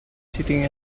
sitting